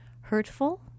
Hurtful